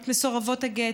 את בעיית מסורבות הגט.